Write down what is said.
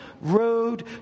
road